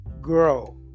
grow